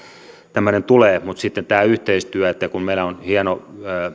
tämmöinen tulee mutta sitten tämä yhteistyö kun meillä on hieno